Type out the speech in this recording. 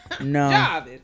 no